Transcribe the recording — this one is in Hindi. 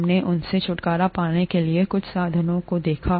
हमने उनसे छुटकारा पाने के कुछ साधनों को देखा